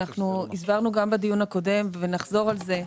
אנחנו הסברנו גם בדיון הקודם ונחזור על זה,